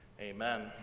Amen